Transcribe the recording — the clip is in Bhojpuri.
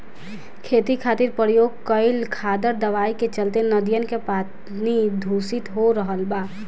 खेती खातिर प्रयोग कईल खादर दवाई के चलते नदियन के पानी दुसित हो रहल बा